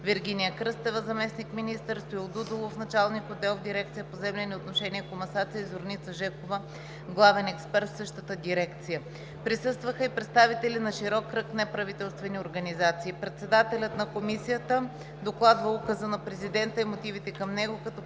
Вергиния Кръстева – заместник-министър, Стоил Дудулов – началник отдел в дирекция „Поземлени отношения и комасация“, и Зорница Жекова – главен експерт в същата дирекция. Присъстваха и представители на широк кръг неправителствени организации. Председателят на Комисията докладва Указа на Президента и мотивите към него като посочи,